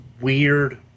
weird